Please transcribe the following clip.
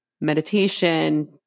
meditation